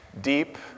deep